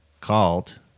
called